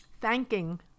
thanking